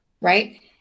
right